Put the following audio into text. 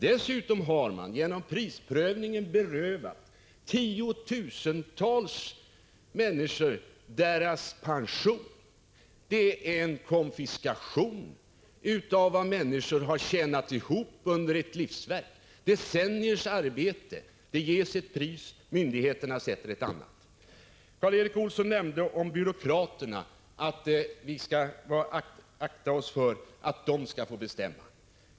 Dessutom har prisprövningen berövat tiotusentals människor deras pension. Det är en konfiskation av vad människor har tjänat ihop under ett helt liv, decenniers arbete; det ges ett pris — myndigheterna sätter ett annat. Karl Erik Olsson nämnde att vi skall akta oss för att byråkraterna skall bestämma.